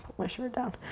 my shirt down.